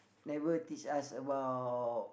never teach us about